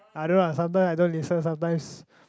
I don't know uh sometimes I don't listen sometimes